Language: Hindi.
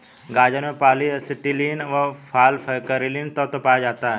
गाजर में पॉली एसिटिलीन व फालकैरिनोल तत्व पाया जाता है